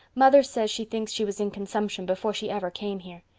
mother says she thinks she was in consumption before she ever came here.